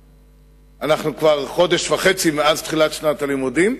שאנחנו כבר חודש וחצי מאז תחילת שנת הלימודים.